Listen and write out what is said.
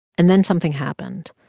and then something happened.